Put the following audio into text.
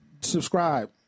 subscribe